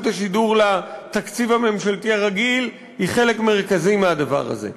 השידור לתקציב הממשלתי הרגיל היא חלק מרכזי מהדבר הזה.